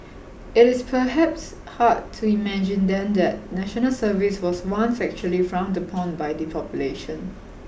it is perhaps hard to imagine then that National Service was once actually frowned upon by the population